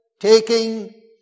Taking